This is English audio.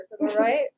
right